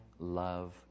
love